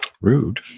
Rude